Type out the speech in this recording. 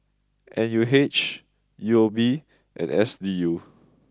N U H U O B and S D U